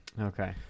Okay